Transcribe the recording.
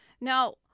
Now